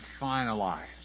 finalized